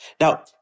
Now